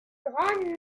grandes